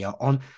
on